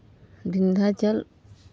Vindhyachal